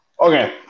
okay